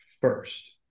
first